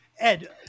Ed